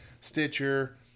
Stitcher